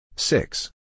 Six